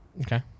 Okay